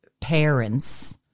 parents